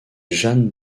jeanne